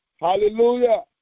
Hallelujah